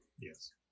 Yes